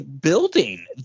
building